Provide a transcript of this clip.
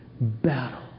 battle